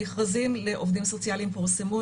המכרזים לעובדים סוציאליים פורסמו,